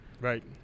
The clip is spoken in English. Right